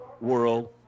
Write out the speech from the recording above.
World